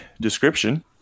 description